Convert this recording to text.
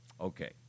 Okay